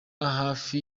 hafi